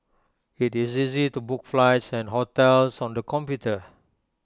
IT is easy to book flights and hotels on the computer